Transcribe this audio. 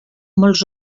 molts